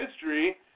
history